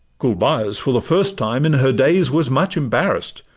gulbeyaz, for the first time in her days, was much embarrass'd,